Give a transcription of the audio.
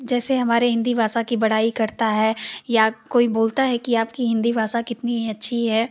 जैसे हमारे हिन्दी भाषा की बड़ाई करता है या कोई बोलता है कि आपकी हिन्दी भाषा कितनी अच्छी है